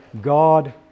God